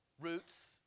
Roots